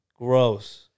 Gross